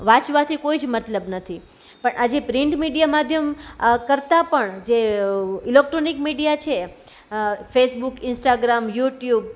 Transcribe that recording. વાંચવાથી કોઈ જ મતલબ નથી પણ આજે પ્રિન્ટ મીડિયા માધ્યમ આ કરતાં પણ જે ઈલેક્ટ્રોનિક મીડિયા છે ફેસબુક ઇન્સ્ટાગ્રામ યૂટ્યૂબ